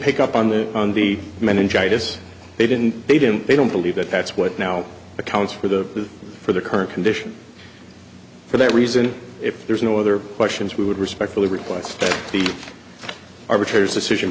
pick up on the on the meningitis they didn't they didn't they don't believe that that's what now accounts for the for the current condition for that reason if there's no other questions we would respectfully request that the arbitrator's decision